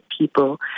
people